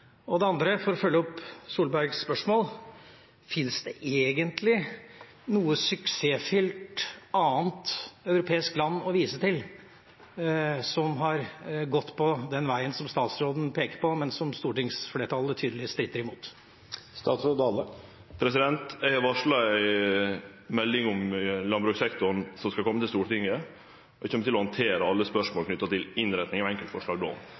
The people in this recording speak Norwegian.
agerer? Det andre, for å følge opp Solbergs spørsmål: Finnes det egentlig noe annet suksessfylt europeisk land å vise til som har gått på den veien som statsråden peker på, men som stortingsflertallet tydelig stritter imot? Eg har varsla ei melding om landbrukssektoren som skal kome til Stortinget. Eg kjem til å handtere alle spørsmål knytte til innretting og enkeltforslag